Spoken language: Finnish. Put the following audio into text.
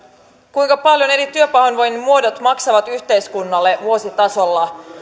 kuinka paljon eri työpahoinvoinnin muodot maksavat yhteiskunnalle vuositasolla